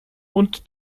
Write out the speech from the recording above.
und